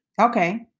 okay